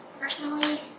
personally